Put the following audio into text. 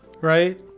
right